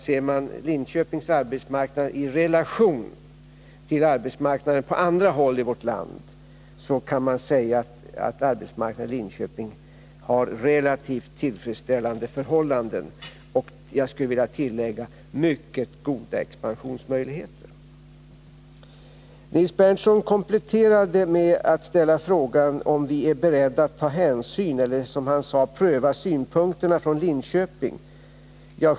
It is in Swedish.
Ser man Linköpings arbetsmarknad i relation till arbetsmarknaden på andra håll i vårt land kan man säga att arbetsmarknaden i Linköping har relativt tillfredsställande förhållanden, och jag skulle vilja tillägga mycket goda expansionsmöjligheter. Nils Berndtson kompletterade med att ställa frågan om vi är beredda att ta hänsyn eller, som han sade, pröva synpunkterna från Linköping.